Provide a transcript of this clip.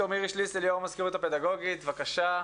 יו"ר המזכירות הפדגוגית, בבקשה.